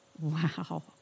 Wow